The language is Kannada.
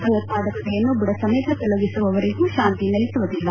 ಭಯೋತ್ಪಾದಕತೆಯನ್ನ ಬುಡ ಸಮೇತ ತೊಲಗಿಸುವವರೆಗೂ ಶಾಂತಿ ನೆಲಸುವುದಿಲ್ಲ